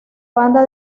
banda